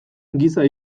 giza